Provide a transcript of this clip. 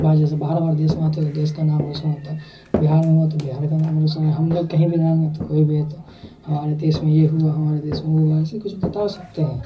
بھائی جیسے باہر باہر دیش میں آتے تو دیش کا نام روشن ہوتا ہے بہار میں ہوا تو بہار کا نام روشن ہوا ہم لوگ کہیں بھی رہیں گے تو کوئی بھی ہے تو ہمارے دیش میں یہ ہوا ہمارے دیش میں ہوا ایسے کچھ بتا سکتے ہیں